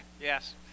yes